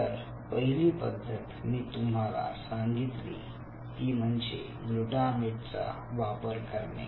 तर पहिली पद्धत मी तुम्हाला सांगितली ती म्हणजे ग्लूटामेट चा वापर करणे